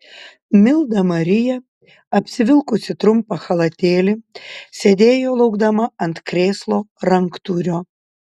milda marija apsivilkusi trumpą chalatėlį sėdėjo laukdama ant krėslo ranktūrio